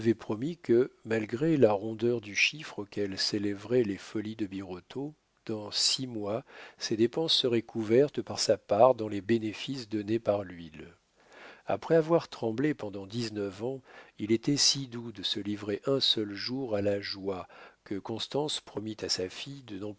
promis que malgré la rondeur du chiffre auquel s'élèveraient les folies de birotteau dans six mois ces dépenses seraient couvertes par sa part dans les bénéfices donnés par l'huile après avoir tremblé pendant dix-neuf ans il était si doux de se livrer un seul jour à la joie que constance promit à sa fille